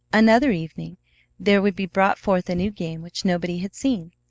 another evening there would be brought forth a new game which nobody had seen,